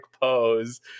pose